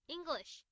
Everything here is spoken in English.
English